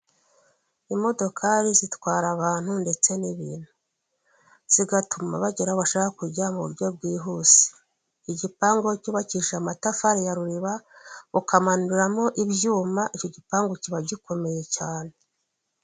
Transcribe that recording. Imodokari zitwara abantu ndetse n'ibintu zigatuma bagera bashaka kujya mu buryo bwihuse, igipangu iyo cyubakishije amatafari ya ruriba ukamanuramo ibyuma icyo gipangu kiba gikomeye cyane.